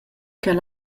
ch’el